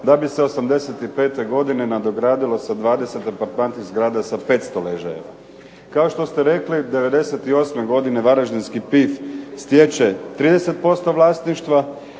da bi se '85. godine nadogradilo sa 20 apartmanskih zgrada sa 500 ležajeva. Kao što ste rekli '98. godine varaždinski PIF stječe 30% vlasništva,